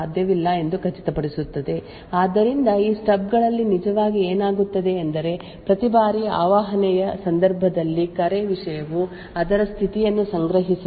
ಇದನ್ನು ಮಾಡುವುದರಿಂದ fault domain ನಲ್ಲಿರುವ ಯಾವುದೇ ಕಾರ್ಯವು ವಾಸ್ತವವಾಗಿ ಕಾಲ್ ಸ್ಟಬ್ ಮತ್ತು ರಿಟರ್ನ್ ಸ್ಟಬ್ ಅನ್ನು ಮಾರ್ಪಡಿಸಲು ಸಾಧ್ಯವಿಲ್ಲ ಎಂದು ಖಚಿತಪಡಿಸುತ್ತದೆ ಆದ್ದರಿಂದ ಈ ಸ್ಟಬ್ ಗಳಲ್ಲಿ ನಿಜವಾಗಿ ಏನಾಗುತ್ತದೆ ಎಂದರೆ ಪ್ರತಿ ಬಾರಿ ಆವಾಹನೆಯ ಸಂದರ್ಭದಲ್ಲಿ ಕರೆ ವಿಷಯವು ಅದರ ಸ್ಥಿತಿಯನ್ನು ಸಂಗ್ರಹಿಸುತ್ತದೆ